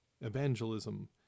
evangelism